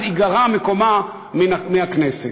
אז ייגרע מקומה בכנסת.